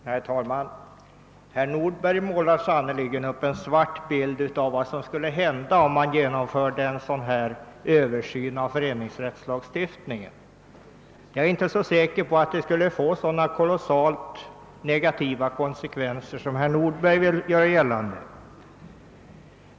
Herr talman! Herr Nordberg målar sannerligen upp en svart bild av vad som skulle hända om man gjorde en översyn av föreningsrättslagstiftningen. Jag är inte så säker på att det skulle få så kolossalt negativa konsekvenser som herr Nordberg gör gällande.